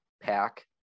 Pack